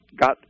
got